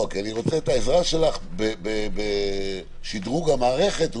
כי אני רוצה את העזרה שלך בשדרוג המערכת,